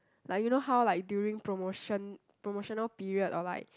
like you know how like during promotion promotional period or like